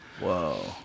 Whoa